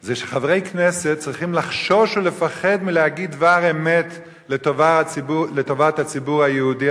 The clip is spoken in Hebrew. זה שחברי כנסת צריכים לחשוש ולפחד מלהגיד דבר אמת לטובת הציבור היהודי,